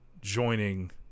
joining